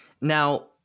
Now